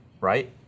right